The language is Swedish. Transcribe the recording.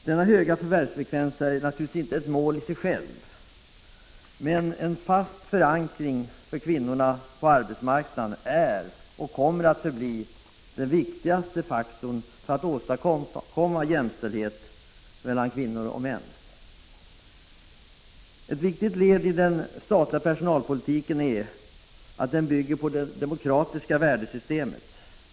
Denna höga förvärvsfrekvens är naturligtvis inte ett mål i sig självt. En fast förankring för kvinnorna på arbetsmarknaden är och kommer att förbli den viktigaste faktorn för att åstadkomma jämställdhet mellan kvinnor och män. Ett viktigt led i den statliga personalpolitiken är att den bygger på det demokratiska värdesystemet.